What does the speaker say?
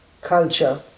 culture